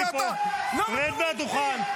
מנוול, רד,